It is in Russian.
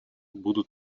будут